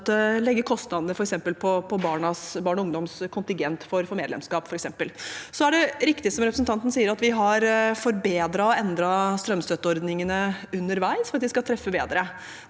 legge kostnadene på f.eks. barn og ungdoms kontingent for medlemskap. Det er riktig, som representanten sier, at vi har forbedret og endret strømstøtteordningene underveis for at de skulle treffe bedre.